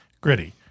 Gritty